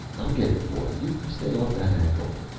i'll get it boy, you stay off that ankle.